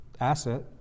asset